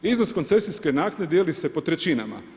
Iznos koncesijske naknade dijeli se po trećinama.